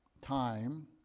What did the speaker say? time